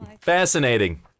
Fascinating